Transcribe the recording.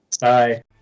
Bye